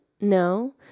No